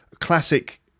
classic